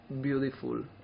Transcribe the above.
beautiful